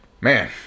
man